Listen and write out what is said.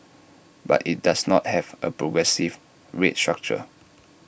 but IT does not have A progressive rate structure